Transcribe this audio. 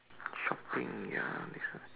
shopping ya this one